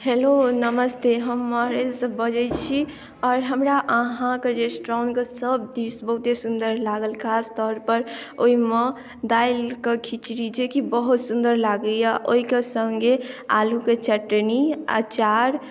hello नमस्ते हम मड़ड़ि सॅं बजैत छी आओर हमरा अहाँकेँ जे रेस्टुरेन्ट के सभ डिश बहुते सुन्दर लागल खास तौर पर ओहिमे दालिक खिचड़ी जे कि बहुत सुन्दर लागैया ओहिके सङ्गे आलुके चटनी आचार